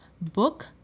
book